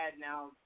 now